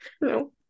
no